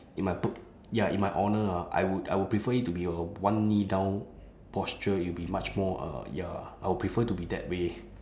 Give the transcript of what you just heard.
in my ya in my honour ah I would I would prefer it to be a one knee down posture uh it will be much more uh ya I will prefer to be that way